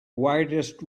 weirdest